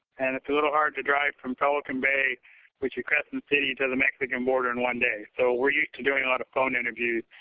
and it's a little hard to drive from pelican bay with your crescent city to the mexican border in one day. so, we're used to doing a lot of phone interviews.